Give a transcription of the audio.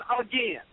again